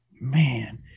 man